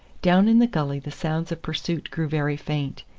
down in the gully the sounds of pursuit grew very faint,